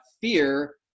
fear